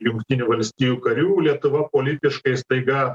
jungtinių valstijų karių lietuva politiškai staiga